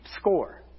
score